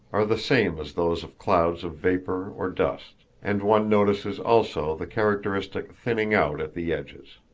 are the same as those of clouds of vapor or dust, and one notices also the characteristic thinning out at the edges.